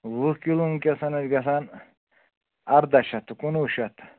وُہ کِلوُن کیٛاہ سا نا چھِ گژھان اَرداہ شَتھ تہٕ کُنوُہ شَتھ